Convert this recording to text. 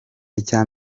icya